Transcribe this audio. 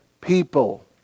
people